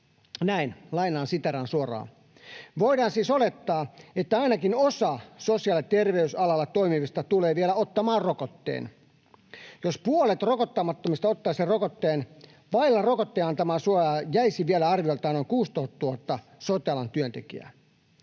15. Lainaan, siteeraan suoraan: ”Voidaan siis olettaa, että ainakin osa sosiaali‑ ja terveysalalla toimivista tulee vielä ottamaan rokotteen. Jos puolet rokottamattomista ottaisi rokotteen, vaille rokotteen antamaa suojaa jäisi vielä arviolta noin 16 000 sote-alan työntekijää.”